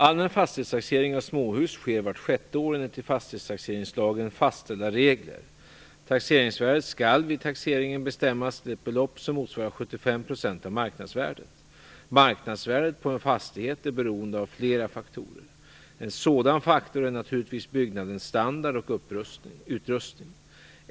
Allmän fastighetstaxering av småhus sker vart sjätte år enligt i fastighetstaxeringslagen fastställda regler. Taxeringsvärdet skall vid taxeringen bestämmas till ett belopp som motsvarar 75 % av marknadsvärdet. Marknadsvärdet på en fastighet är beroende av flera faktorer. En sådan faktor är naturligtvis byggnadens standard och utrustning.